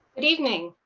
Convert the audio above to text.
good evening,